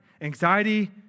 Anxiety